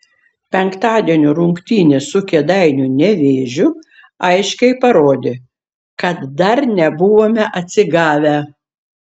penktadienio rungtynės su kėdainių nevėžiu aiškiai parodė kad dar nebuvome atsigavę